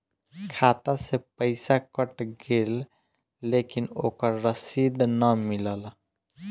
खाता से पइसा कट गेलऽ लेकिन ओकर रशिद न मिलल?